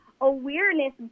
awareness